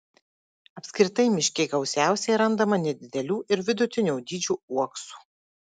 apskritai miške gausiausiai randama nedidelių ir vidutinio dydžio uoksų